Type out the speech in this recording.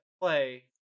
play